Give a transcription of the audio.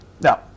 Now